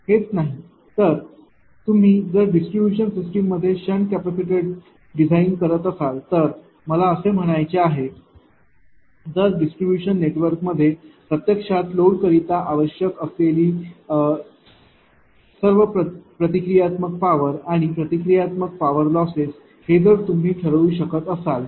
हेच नाही तर तुम्ही जर डिस्ट्रीब्यूशन सिस्टीम मध्ये शंट कॅपेसिटर डिझाइन करत असाल तर मला असे म्हणायचे आहे जर डिस्ट्रीब्यूशन नेटवर्कमध्ये प्रत्यक्षात लोड करिता आवश्यक असलेली सर्व प्रतिक्रियात्मक पॉवर आणि प्रतिक्रियात्मक पॉवर लॉसेस हे जर तुम्ही ठरवू शकत असाल तर